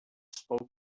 spoke